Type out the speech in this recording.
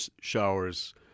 showers